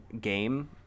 game